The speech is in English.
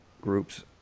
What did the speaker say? groups